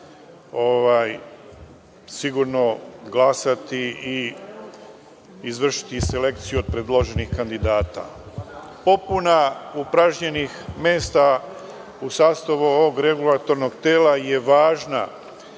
sigurno glasati i izvršiti selekciju predloženih kandidata. Popuna upražnjenih mesta u sastavu regulatornog tela je važna